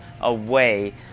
away